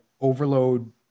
overload